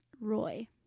Roy